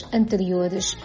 anteriores